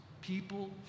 people